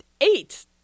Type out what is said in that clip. eight